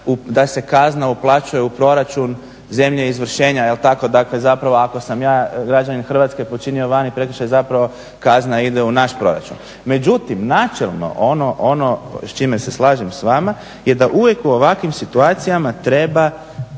da se kazna uplaćuje u proračun zemlje izvršenja jel' tako, dakle zapravo ako sam ja građanin Hrvatske počinio vani prekršaj zapravo kazna ide u naš proračun. Međutim, načelno ono s čime se slažem s vama je da uvijek u ovakvim situacijama treba